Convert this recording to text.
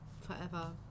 forever